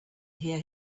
hear